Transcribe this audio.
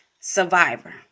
Survivor